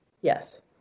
Yes